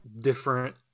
different